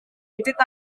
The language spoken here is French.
était